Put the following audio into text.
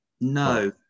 No